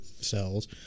cells